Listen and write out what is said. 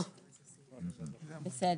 בסדר.